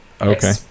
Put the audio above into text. Okay